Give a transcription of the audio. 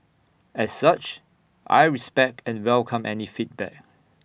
as such I respect and welcome any feedback